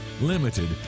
limited